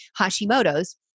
Hashimoto's